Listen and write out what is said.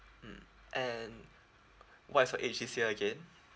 mm and what is your age this year again